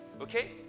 okay